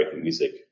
music